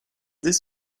dès